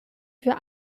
für